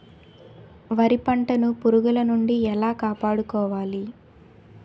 వరి పంటను పురుగుల నుండి ఎలా కాపాడుకోవాలి?